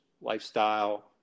lifestyle